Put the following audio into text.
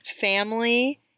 family